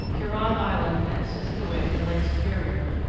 huron island and siskiwit in lake superior,